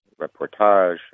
reportage